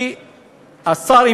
כי השר,